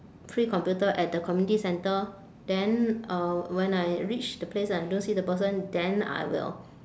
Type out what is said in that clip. free computer at the community centre then uh when I reach the place and don't see the person then I will